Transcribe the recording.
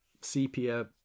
sepia